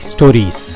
Stories